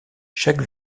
chaque